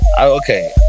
Okay